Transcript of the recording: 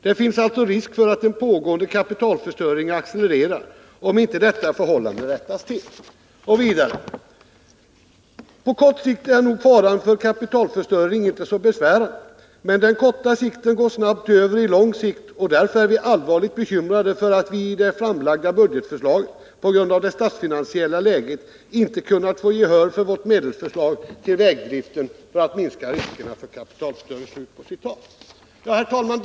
Det finns alltså risk för att den pågående kapitalförstöringen accelererar, om inte detta förhållande rättas till.” Vidare: ”På kort sikt är nog faran för kapitalförstöring inte så besvärande, men den korta sikten går snabbt över i lång sikt och därför är vi allvarligt bekymrade för att vi i det framlagda budgetförslaget på grund av det statsfinansiella läget inte kunnat få gehör för vårt medelsförslag till vägdriften för att minska riskerna för kapitalförstöring.” Herr talman!